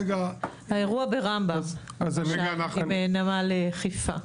האירוע בנמל חיפה.